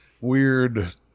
weird